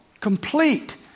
complete